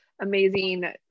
amazing